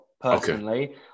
personally